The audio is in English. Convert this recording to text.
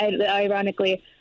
ironically